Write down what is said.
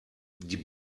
die